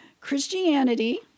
Christianity